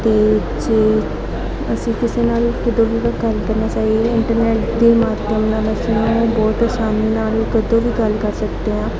ਅਤੇ ਜੇ ਅਸੀਂ ਕਿਸੇ ਨਾਲ ਗੱਲ ਕਰਨਾ ਚਾਹੀਏ ਇੰਟਰਨੈੱਟ ਦੇ ਮਾਧਿਅਮ ਨਾਲ ਅਸੀਂ ਉਨ੍ਹਾਂ ਨਾਲ ਬਹੁਤ ਅਸਾਨੀ ਨਾਲ ਕਦੇ ਵੀ ਗੱਲ ਕਰ ਸਕਦੇ ਹਾਂ